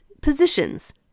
positions